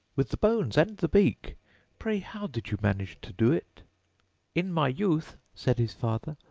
with the bones and the beak pray how did you manage to do it in my youth said his father,